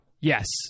yes